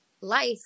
life